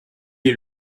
est